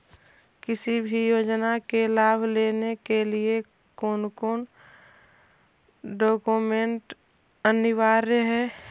किसी भी योजना का लाभ लेने के लिए कोन कोन डॉक्यूमेंट अनिवार्य है?